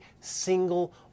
single